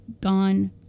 gone